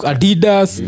Adidas